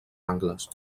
angles